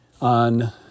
on